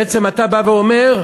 בעצם אתה בא ואומר: